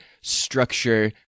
structure